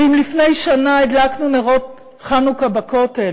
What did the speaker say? ואם לפני שנה הדלקנו נרות חנוכה בכותל